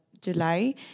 July